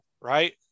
right